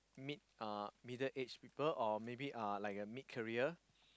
mid uh middle age people or maybe uh like a mid career